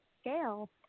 scale